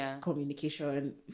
Communication